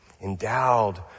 endowed